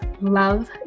love